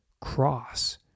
cross